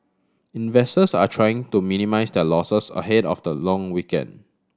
investors are trying to minimise their losses ahead of the long weekend